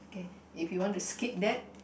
okay if you want to skip that